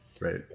right